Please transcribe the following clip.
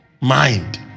mind